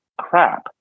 crap